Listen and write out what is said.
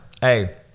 Hey